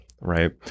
right